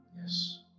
Yes